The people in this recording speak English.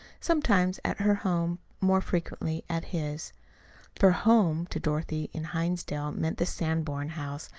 sometimes at her home, more frequently at his for home to dorothy in hinsdale meant the sanborn house,